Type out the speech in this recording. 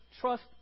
trust